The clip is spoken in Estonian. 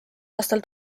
aastal